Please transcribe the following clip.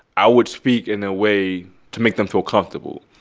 i would speak in a way to make them feel comfortable.